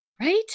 Right